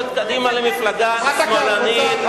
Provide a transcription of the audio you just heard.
מה אנשי מפלגתכם אומרים על נתניהו, על המאחזים?